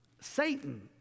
Satan